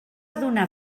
donar